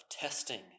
testing